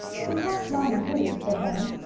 he's half mine, too, said bunny.